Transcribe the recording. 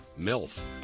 MILF